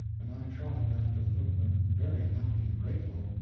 and i trotted after the footman, very happy and grateful,